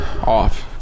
off